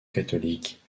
catholique